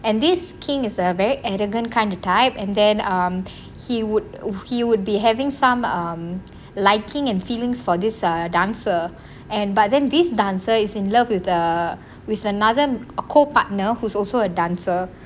and this king is a very arrogant kind of type and then um he would he would be having some um liking and feelings for this err dancer and but then this dancer is in love with the with another a co partner who's also a dancer